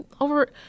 over